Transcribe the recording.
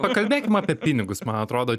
pakalbėkime apie pinigus man atrodo